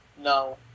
No